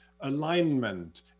alignment